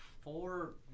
four